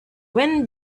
when